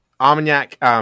Armagnac